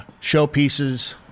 showpieces